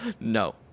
No